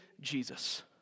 Jesus